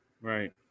right